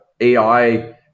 AI